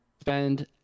spend